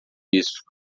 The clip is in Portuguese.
isso